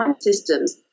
systems